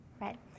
right